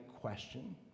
question